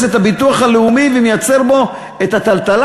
את הביטוח הלאומי ומייצר פה את הטלטלה.